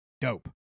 dope